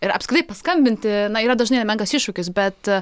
ir apskritai paskambinti na yra nemenkas iššūkis bet